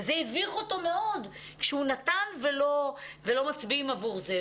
וזה הביך אותו מאוד כשהוא נתן ולא מצביעים עבור זה.